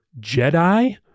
Jedi